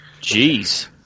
Jeez